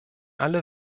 alle